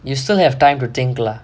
you still have time think lah